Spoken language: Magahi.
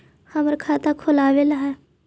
हमरा खाता खोलाबे ला है?